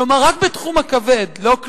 כלומר, רק בתחום הכבד, לא כליות,